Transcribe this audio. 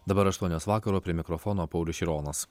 dabar aštuonios vakaro prie mikrofono paulius šironas